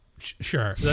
Sure